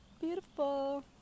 beautiful